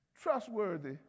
trustworthy